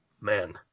Man